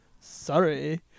sorry